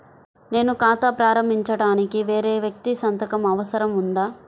నేను ఖాతా ప్రారంభించటానికి వేరే వ్యక్తి సంతకం అవసరం ఉందా?